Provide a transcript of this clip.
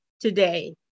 today